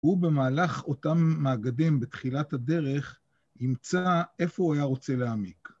ובמהלך אותם מאגדים בתחילת הדרך, ימצא איפה הוא היה רוצה להעמיק.